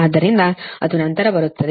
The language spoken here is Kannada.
ಆದ್ದರಿಂದ ಅದು ನಂತರ ಬರುತ್ತದೆ